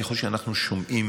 ככל שאנחנו שומעים